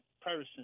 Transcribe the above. person